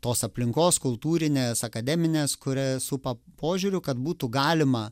tos aplinkos kultūrinės akademinės kuri supa požiūriu kad būtų galima